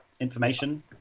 Information